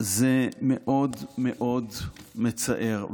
זה מאוד מאוד מצער.